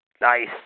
Nice